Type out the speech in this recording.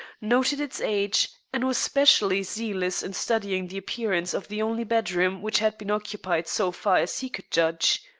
noted its age, and was specially zealous in studying the appearance of the only bedroom which had been occupied so far as he could judge.